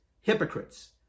hypocrites